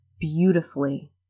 beautifully